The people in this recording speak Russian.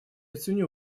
ценю